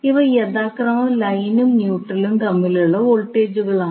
ഇവ യഥാക്രമം ലൈനും ന്യൂട്രലും തമ്മിലുള്ള വോൾട്ടേജുകളാണ്